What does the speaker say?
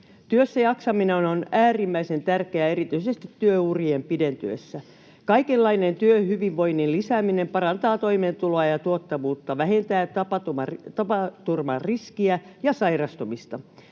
Työssäjaksaminen on äärimmäisen tärkeää erityisesti työurien pidentyessä. Kaikenlainen työhyvinvoinnin lisääminen parantaa toimeentuloa ja tuottavuutta, vähentää tapaturmariskiä ja sairastumista.